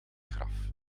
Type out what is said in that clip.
graf